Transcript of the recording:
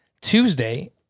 Tuesday